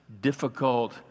difficult